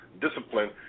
discipline